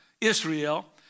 Israel